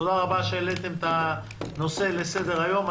תודה רבה שהעליתם את הנושא לסדר היום.